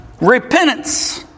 repentance